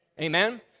Amen